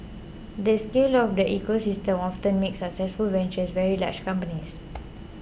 the scale of the ecosystem often makes successful ventures very large companies